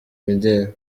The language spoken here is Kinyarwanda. imideli